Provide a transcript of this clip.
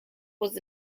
was